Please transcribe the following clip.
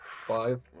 Five